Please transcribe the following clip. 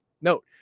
Note